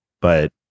But-